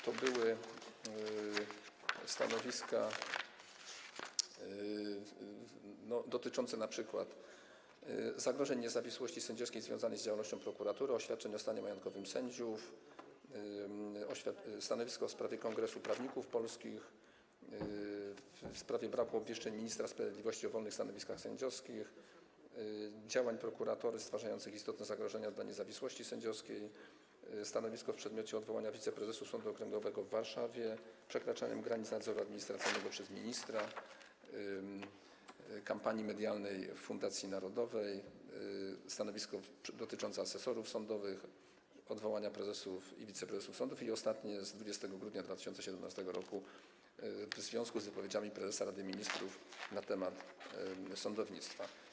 To były np. stanowiska dotyczące zagrożeń niezawisłości sędziowskiej związanych z działalnością prokuratury czy oświadczeń o stanie majątkowym sędziów, stanowiska w sprawie Kongresu Prawników Polskich, w sprawie braku obwieszczeń ministra sprawiedliwości o wolnych stanowiskach sędziowskich czy w sprawie działań prokuratury stwarzających istotne zagrożenia dla niezawisłości sędziowskiej, stanowiska w przedmiocie odwołania wiceprezesów Sądu Okręgowego w Warszawie, przekraczania granic nadzoru administracyjnego przez ministra czy kampanii medialnej fundacji narodowej, stanowisko dotyczące asesorów sądowych, odwołania prezesów i wiceprezesów sądów, i ostatnie, z 20 grudnia 2017 r., w związku z wypowiedziami prezesa Rady Ministrów na temat sądownictwa.